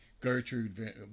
Gertrude